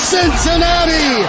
Cincinnati